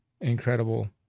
incredible